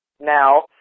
now